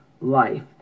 life